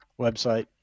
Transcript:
Website